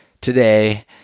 today